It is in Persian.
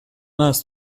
است